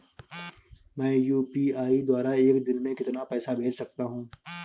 मैं यू.पी.आई द्वारा एक दिन में कितना पैसा भेज सकता हूँ?